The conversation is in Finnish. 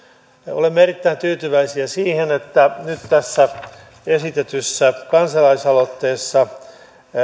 olemme erittäin tyytyväisiä siihen että nyt tässä esitetyssä kansalaisaloitteessa